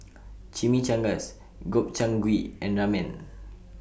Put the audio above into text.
Chimichangas Gobchang Gui and Ramen